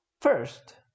first